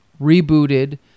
rebooted